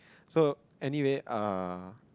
so anyway uh